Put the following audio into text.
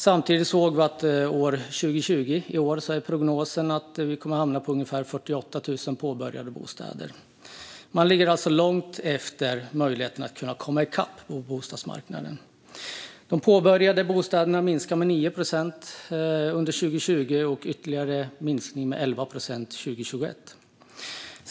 För i år, 2020, är prognosen att vi kommer att hamna på ungefär 48 000 påbörjade bostäder. Man ligger alltså långt efter möjligheten att komma i kapp på bostadsmarknaden. De påbörjade bostäderna minskar med 9 procent under 2020 och med ytterligare 11 procent 2021.